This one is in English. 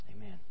Amen